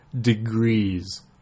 degrees